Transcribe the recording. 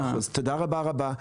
מאה אחוז.